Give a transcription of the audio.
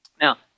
Now